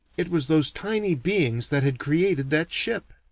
it was those tiny beings that had created that ship.